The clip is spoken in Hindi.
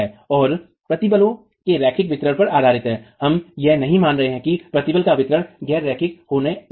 और प्रतिबलों के रैखिक वितरण पर आधारित हम यह नहीं मान रहे हैं कि प्रतिबल का वितरण गैर रैखिक होने लगता है